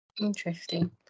Interesting